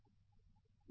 professor Arun K